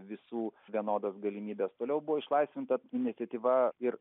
visų vienodas galimybės toliau buvo išlaisvinta iniciatyva ir